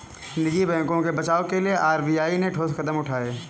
निजी बैंकों के बचाव के लिए आर.बी.आई ने ठोस कदम उठाए